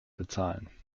bezahlen